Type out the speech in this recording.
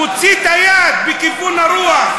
מוציא את היד בכיוון הרוח,